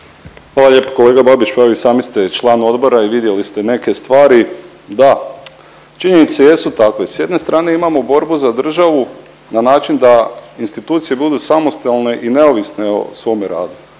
Hvala lijepo kolega Babić, pa i sami ste član odbora i vidjeli ste neke stvari. Da, činjenice jesu takve, s jedne strane imamo borbu za državu na način da institucije budu samostalne i neovisne o svome radu